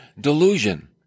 delusion